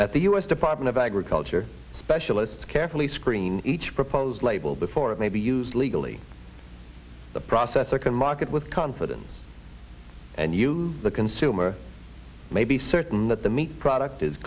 that the us department of agriculture specialists carefully screen each proposed label before it may be used legally the processor can market with confidence and you the consumer may be certain that the meat product is